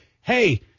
hey